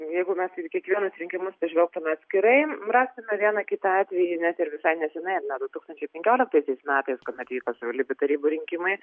jeigu mes į kiekvienus rinkimus pažvelgtume atskirai rastume vieną kitą atvejį net ir visai neseniai ar ne du tūkstančiai penkioliktaisiais metais kuomet vyko savivaldybių tarybų rinkimai